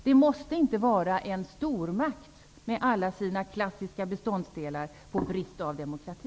Det måste inte vara en stormakt med alla sina klassiska beståndsdelar av brist på demokrati.